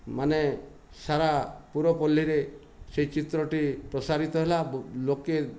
ମାନେ ସାରା ପୁରପଲ୍ଲୀରେ ସେଇ ଚିତ୍ରଟି ପ୍ରସାରିତ ହେଲା ଲୋକେ